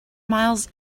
miles